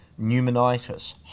pneumonitis